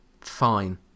fine